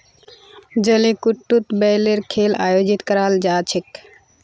जलीकट्टूत बैलेर खेल आयोजित कराल जा छेक